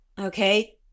okay